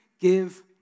give